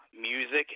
music